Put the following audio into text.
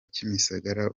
kimisagara